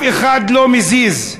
לאף אחד לא מזיז,